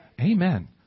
Amen